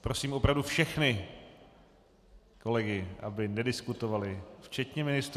Prosím opravdu všechny kolegy, aby nediskutovali, včetně ministrů.